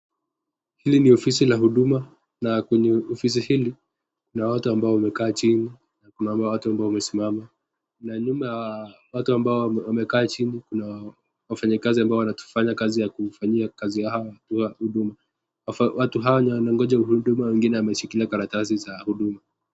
Hili ni ofisi la huduma na kwenye ofisi hili kuna watu ambao wameka chini kuna wale watu ambao wamesimama na nyuma ya watu ambao wameka chini kuna wafanyikazi ambao wanatufanya kazi ya kufanyia kazi hawa kwa huduma wafa watu hawa wanangoja huduma na wengine wameshikilia karatasi za huduma